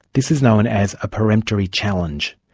this is known as a peremptory challenge.